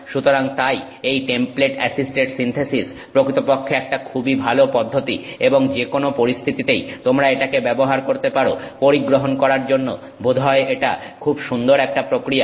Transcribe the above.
সুতরাং তাই এই টেমপ্লেট অ্যাসিস্টেড সিন্থেসিস প্রকৃতপক্ষে একটা খুবই ভালো পদ্ধতি এবং যেকোনো পরিস্থিতিতেই তোমরা এটাকে ব্যবহার করতে পারো পরিগ্রহণ করার জন্য বোধ হয় এটা খুব সুন্দর একটা প্রক্রিয়া